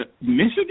Michigan